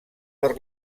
per